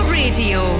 radio